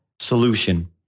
solution